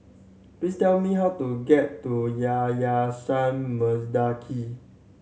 please tell me how to get to Yayasan Mendaki